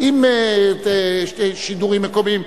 שידורים מקומיים?